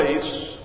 place